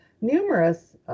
Numerous